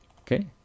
Okay